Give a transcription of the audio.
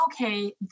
okay